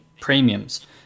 premiums